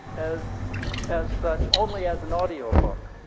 as as such, only as an audiobook.